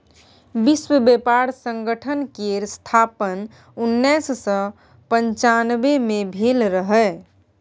विश्व बेपार संगठन केर स्थापन उन्नैस सय पनचानबे मे भेल रहय